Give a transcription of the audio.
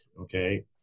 okay